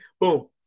boom